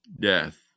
death